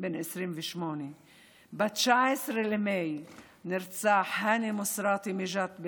בן 28. ב-19 במאי נרצח האני מוסראתי מג'ת,